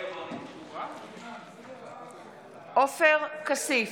מתחייב אני עופר כסיף,